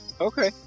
Okay